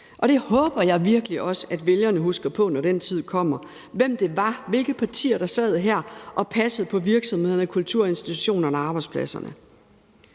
kommer, håber jeg virkelig også, at vælgerne husker på, hvilke partier der sad her og passede på virksomhederne og kulturinstitutionerne og arbejdspladserne.